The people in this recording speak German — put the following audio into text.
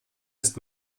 ist